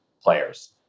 players